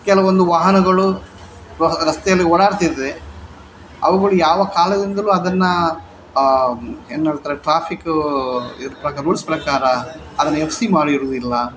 ಕೆಲವೊಂದು ವಾಹನಗಳು ರಸ್ತೆಯಲ್ಲಿ ಓಡಾಡ್ತಿದ್ದರೆ ಅವುಗಳು ಯಾವ ಕಾಲದಿಂದಲೂ ಅದನ್ನು ಏನು ಹೇಳ್ತಾರೆ ಟ್ರಾಫಿಕ್ಕು ಇದ್ರ ಪ್ರಕಾರ ರೂಲ್ಸ್ ಪ್ರಕಾರ ಅದನ್ನು ಎಫ್ ಸಿ ಮಾಡಿರುವುದಿಲ್ಲ